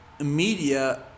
Media